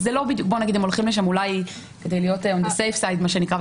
בוא נגיד הם הולכים לשם אולי כדי להיות היום ב-safe side מה שנקרא,